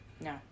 no